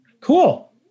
cool